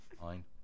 Fine